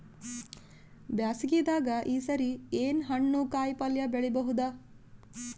ಬ್ಯಾಸಗಿ ದಾಗ ಈ ಸರಿ ಏನ್ ಹಣ್ಣು, ಕಾಯಿ ಪಲ್ಯ ಬೆಳಿ ಬಹುದ?